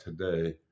today